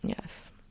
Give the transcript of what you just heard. Yes